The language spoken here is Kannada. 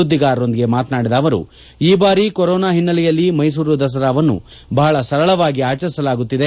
ಸುದ್ದಿಗಾರರೊಂದಿಗೆ ಮಾತನಾದಿದ ಅವರು ಈ ಬಾರಿ ಕೊರೋನಾ ಹಿನ್ನೆಲೆಯಲ್ಲಿ ಮೈಸೂರು ದಸರಾವನ್ನು ಬಹಳ ಸರಳವಾಗಿ ಆಚರಿಸಲಾಗುತ್ತಿದೆ